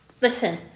Listen